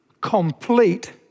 complete